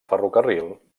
ferrocarril